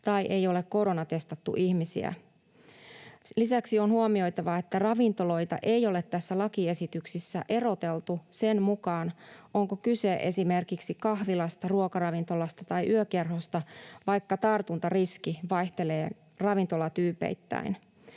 tai ei ole koronatestattu ihmisiä. Lisäksi on huomioitava, että ravintoloita ei ole tässä lakiesityksessä eroteltu sen mukaan, onko kyse esimerkiksi kahvilasta, ruokaravintolasta tai yökerhosta, vaikka tartuntariski vaihtelee ravintolatyypeittäin.